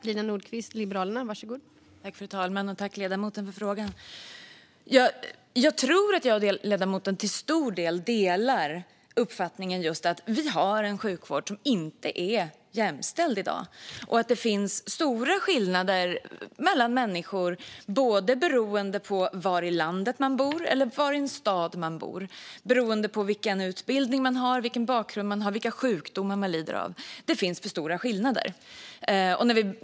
Fru talman! Jag tackar ledamoten för frågan. Jag tror att ledamoten och jag till stor del delar uppfattningen att vi i dag har en sjukvård som inte är jämställd. Det finns stora skillnader mellan människor som beror på var i landet de bor eller var i staden de bor. Det beror på utbildning, bakgrund och sjukdomar. Det finns för stora skillnader.